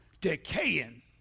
decaying